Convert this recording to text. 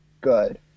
good